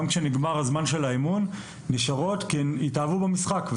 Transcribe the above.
כשנגמר זמן האימון כי הן התאהבו במשחק.